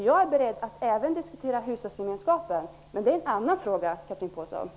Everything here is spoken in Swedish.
Jag är beredd att även diskutera hushållsgemenskapen, men det är en annan fråga, Chatrine Pålsson.